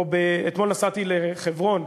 או אתמול נסעתי לחברון,